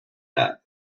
that